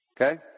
Okay